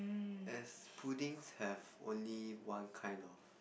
as puddings have only one kind of